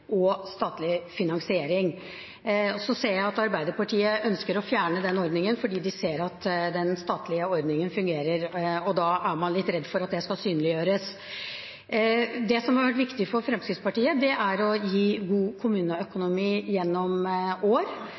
og statlig finansiering. Så ser jeg at Arbeiderpartiet ønsker å fjerne den statlige ordningen, for de ser at den fungerer, og da er man litt redd for at det skal synliggjøres. Det som har vært viktig for Fremskrittspartiet, er å gi god kommuneøkonomi gjennom år,